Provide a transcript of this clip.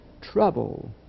trouble